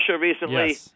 recently